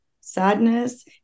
sadness